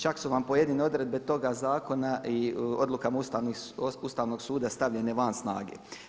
Čak su vam pojedine odredbe toga zakona i odlukama Ustavnog suda stavljene van snage.